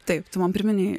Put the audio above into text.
taip tu man priminei